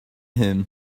him